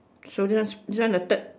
so this this one the third